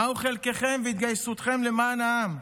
מה חלקכם והתגייסותכם למען העם?